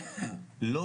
אין הרתעה.